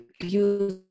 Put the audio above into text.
use